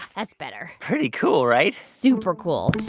that's better pretty cool, right? super cool.